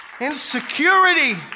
Insecurity